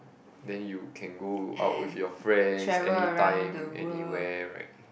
then you can go out with your friends anytime anywhere right